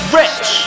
rich